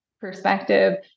perspective